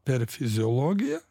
per fiziologiją